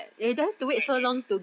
correct correct